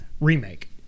Remake